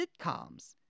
sitcoms